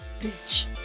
bitch